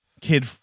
Kid